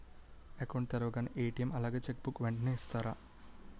Account తెరవగానే ATM అలాగే cheque book వెంటనే ఇస్తారా?